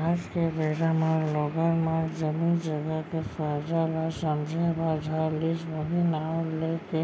आज के बेरा म लोगन मन जमीन जघा के फायदा ल समझे बर धर लिस उहीं नांव लेके